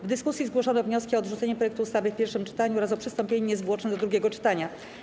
W dyskusji zgłoszono wnioski: o odrzucenie projektu ustawy w pierwszym czytaniu oraz o przystąpienie niezwłocznie do drugiego czytania.